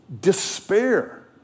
despair